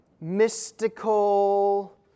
mystical